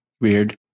Weird